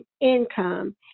income